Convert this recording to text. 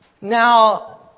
Now